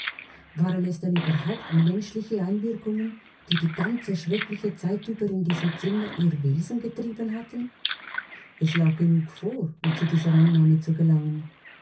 waren es denn überhaupt menschliche einwirkungen die die ganze schreckliche zeit über in diesem zimmer ihr wesen getrieben hatten es lag genug vor um zu dieser annahme zu gelangen